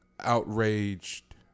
outraged